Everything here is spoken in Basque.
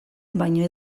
baina